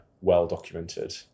well-documented